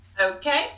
Okay